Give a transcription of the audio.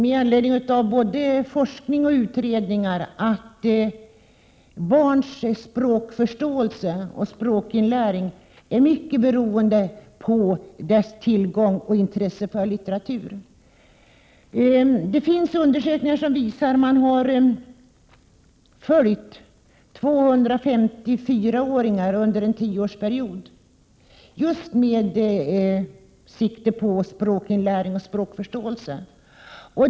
Såväl forskning som utredningar visar att barns språkförståelse och språkinlärning beror mycket på deras tillgång till och intresse för litteratur. Det finns undersökningar där man har följt 250 barn under en tioårsperiod med sikte på språkinlärning och språkförståelse. När undersökningarna startade var barnen fyra år.